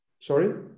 sorry